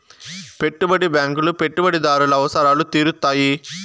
పెట్టుబడి బ్యాంకులు పెట్టుబడిదారుల అవసరాలు తీరుత్తాయి